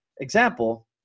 example